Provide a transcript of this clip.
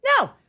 No